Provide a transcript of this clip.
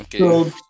Okay